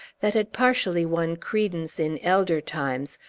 that had partially won credence in elder times,